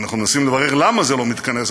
אנחנו מנסים לברר למה זה לא מתכנס,